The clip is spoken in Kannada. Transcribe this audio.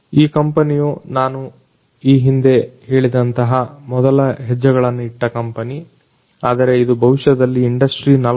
ಈ ಕಂಪನಿಯು ನಾನು ಈ ಹಿಂದೆ ಹೇಳಿದಂತಹ ಮೊದಲ ಹೆಜ್ಜೆಗಳನ್ನ ಇಟ್ಟ ಕಂಪನಿ ಆದರೆ ಇದು ಭವಿಷ್ಯದಲ್ಲಿ ಇಂಡಸ್ಟ್ರಿ 4